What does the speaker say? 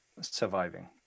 surviving